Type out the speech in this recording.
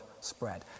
spread